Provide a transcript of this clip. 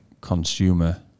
consumer